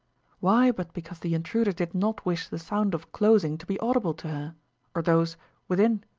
why but because the intruders did not wish the sound of closing to be audible to her or those within?